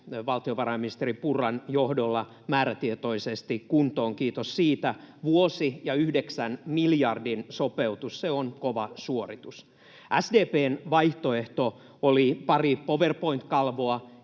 valtiovarainministeri Purran johdolla määrätietoisesti kuntoon, kiitos siitä. Vuosi ja yhdeksän miljardin sopeutus — se on kova suoritus. SDP:n vaihtoehto oli pari PowerPoint-kalvoa